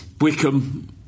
Wickham